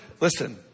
Listen